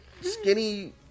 skinny